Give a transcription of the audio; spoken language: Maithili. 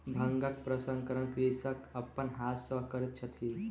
भांगक प्रसंस्करण कृषक अपन हाथ सॅ करैत अछि